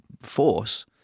force